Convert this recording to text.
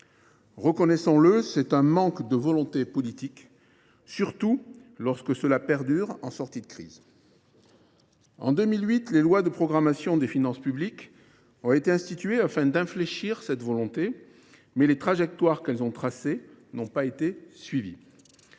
situation reflète un manque de volonté politique, surtout lorsque cette évolution perdure en sortie de crise ! En 2008, les lois de programmation des finances publiques ont été instituées afin d’infléchir cette tendance, mais les trajectoires qu’elles ont tracées n’ont pas été suivies.